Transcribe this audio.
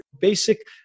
basic